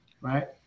right